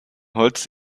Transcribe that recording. holz